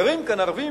גרים כאן ערבים